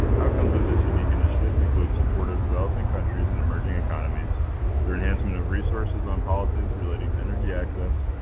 outcomes of this unique initiative include support of developing countries and emerging economies through enhancement of resources on policies relating to energy access,